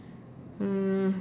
um